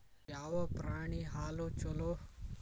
ಯಾವ ಪ್ರಾಣಿ ಹಾಲು ಛಲೋ?